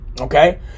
okay